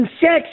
sex